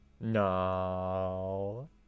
No